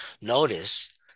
notice